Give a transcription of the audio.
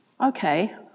Okay